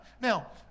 Now